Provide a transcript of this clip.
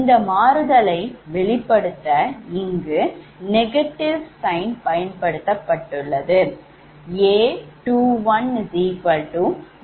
இந்த மாறுதலை வெளிப்படுத்த இங்கு ve sign பயன்படுத்தப்பட்டுள்ளது